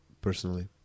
Personally